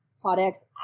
products